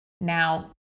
Now